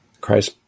Christ